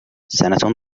سنة